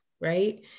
right